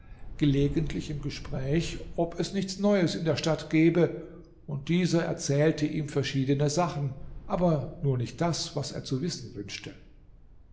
gelegentlich im gespräch ob es nichts neues in der stadt gebe und dieser erzählte ihm verschiedene sachen aber nur nicht das was er zu wissen wünschte